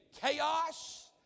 chaos